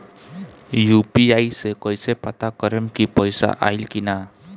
UPI से कईसे पता करेम की पैसा आइल की ना?